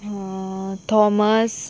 Thomas